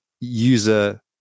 user